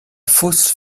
fosse